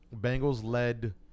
Bengals-led